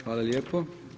Hvala lijepo.